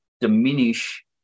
diminish